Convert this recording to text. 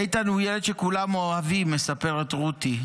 "איתן הוא ילד שכולם אוהבים", מספרת רותי.